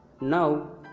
Now